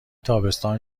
تابستان